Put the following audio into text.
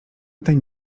ten